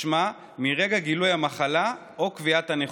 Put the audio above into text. משמע מרגע גילוי המחלה או קביעת הנכות.